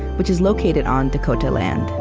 which is located on dakota land.